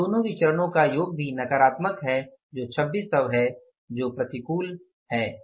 इन दोनों विचरणो का योग भी नकारात्मक है जो 2600 है जो प्रतिकूल या प्रतिकूल है